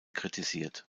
kritisiert